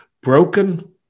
Broken